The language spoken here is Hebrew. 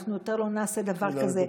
יותר לא נעשה דבר כזה.